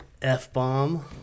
f-bomb